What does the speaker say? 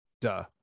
Duh